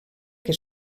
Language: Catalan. que